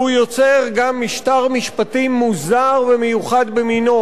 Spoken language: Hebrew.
והוא יוצר גם משטר משפטי מוזר ומיוחד במינו,